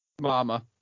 Mama